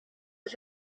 was